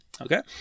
Okay